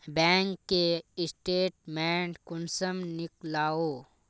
Bank के statement कुंसम नीकलावो?